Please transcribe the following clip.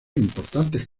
importantes